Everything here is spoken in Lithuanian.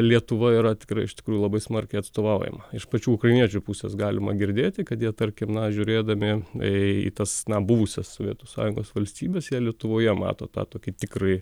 lietuva yra tikra iš tikrųjų labai smarkiai atstovaujama iš pačių ukrainiečių pusės galima girdėti kad jie tarkim na žiūrėdami į tas na buvusias sovietų sąjungos valstybes jie lietuvoje mato tą tokį tikrąjį